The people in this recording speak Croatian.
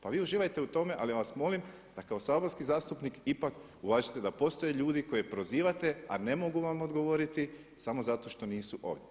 Pa vi uživajte u tome, ali vas molim da kao saborski zastupnik ipak uvažite da postoje ljudi koje prozivate, a ne mogu vam odgovoriti samo zato što nisu ovi.